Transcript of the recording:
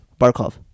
Barkov